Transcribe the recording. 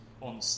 on